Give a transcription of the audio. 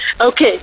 Okay